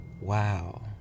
wow